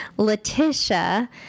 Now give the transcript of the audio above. Letitia